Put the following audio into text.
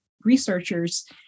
researchers